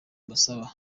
mbasaba